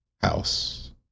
house